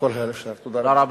תודה רבה.